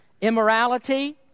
Immorality